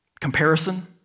comparison